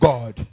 God